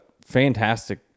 fantastic